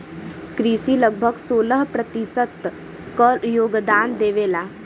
कृषि लगभग सोलह प्रतिशत क योगदान देवेला